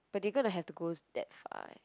but they gonna have to go that far eh